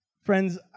friends